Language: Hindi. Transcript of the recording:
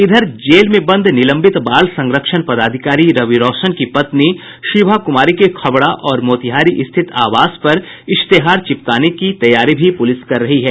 इधर जेल में बंद निलंबित बाल संरक्षण पदाधिकारी रवि रौशन की पत्नी शिभा कुमारी के खबड़ा और मोतिहारी स्थित आवास पर इश्तेहार चिपकाने की तैयारी भी पुलिस कर रही है